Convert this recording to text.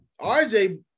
RJ